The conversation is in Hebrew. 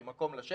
עם מקום לשבת,